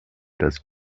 das